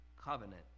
covenant